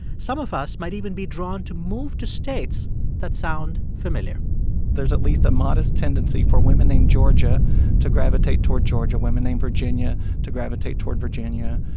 some of us might even be drawn to move to states that sound familiar there's at least a modest tendency for women named georgia to gravitate toward georgia, women named virginia to gravitate toward virginia,